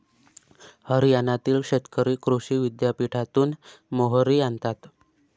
हरियाणातील शेतकरी कृषी विद्यापीठातून मोहरी आणतात